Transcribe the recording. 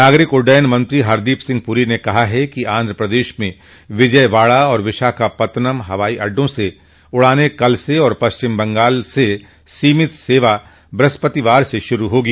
नागरिक उड्डयन मंत्री हरदीप सिंह पुरी ने कहा कि आंध्र प्रदेश में विजयवाड़ा और विशाखापत्तनम हवाई अड्डों से उड़ानें कल से और पश्चिम बंगाल से सीमित सेवा ब्रहस्पतिवार से शुरू होगी